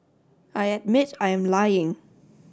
I admit I am lying